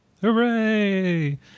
hooray